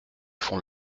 font